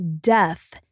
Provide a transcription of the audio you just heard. death